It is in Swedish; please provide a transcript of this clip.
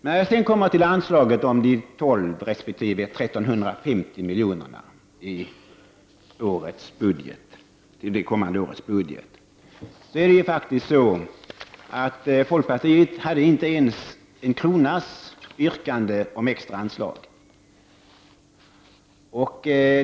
I fråga om anslag på 1 200 resp. 1 350 milj.kr. i det kommande årets budget är det faktiskt så, att folkpartiet inte hade yrkande om ens en krona i extra anslag.